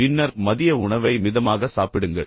பின்னர் மதிய உணவை மிதமாக சாப்பிடுங்கள்